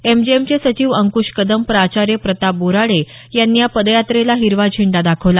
एमजीएमचे सचिव अंकृश कदम प्राचार्य प्रताप बोराडे यांनी या पदयात्रेला हिरवा झेंडा दाखवला